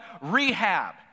Rehab